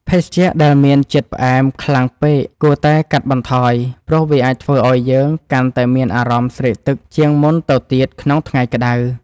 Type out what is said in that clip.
ភេសជ្ជៈដែលមានជាតិផ្អែមខ្លាំងពេកគួរតែកាត់បន្ថយព្រោះវាអាចធ្វើឱ្យយើងកាន់តែមានអារម្មណ៍ស្រេកទឹកជាងមុនទៅទៀតក្នុងថ្ងៃក្តៅ។